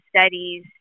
studies